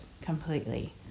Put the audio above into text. completely